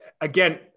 again